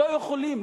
לא יכולים,